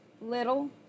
little